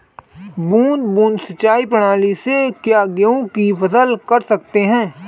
बूंद बूंद सिंचाई प्रणाली से क्या गेहूँ की फसल कर सकते हैं?